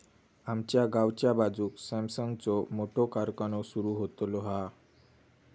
आमच्या गावाच्या बाजूक सॅमसंगचो मोठो कारखानो सुरु होतलो हा